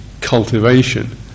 cultivation